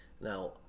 now